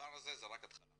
הדבר הזה זה רק התחלה.